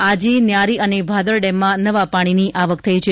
આજી ન્યારી અને ભાદર ડેમમાં નવા પાણીની આવક થઈ છે